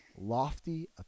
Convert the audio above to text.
lofty